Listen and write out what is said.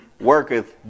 worketh